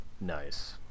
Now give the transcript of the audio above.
Nice